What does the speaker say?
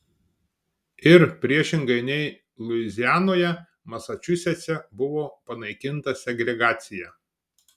ir priešingai nei luizianoje masačusetse buvo panaikinta segregacija